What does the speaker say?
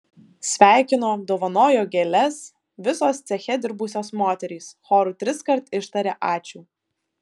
sveikino dovanojo gėles visos ceche dirbusios moterys choru triskart ištarė ačiū